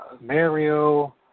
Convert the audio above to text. Mario